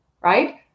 Right